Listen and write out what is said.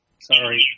Sorry